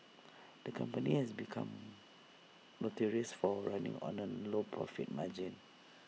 the company has become notorious for running on A low profit margin